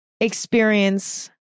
experience